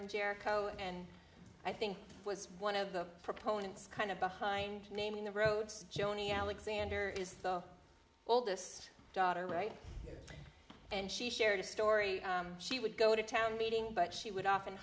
in jericho and i think one of the proponents kind of behind naming the rhodes joni alexander is the oldest daughter right and she shared a story she would go to town meeting but she would often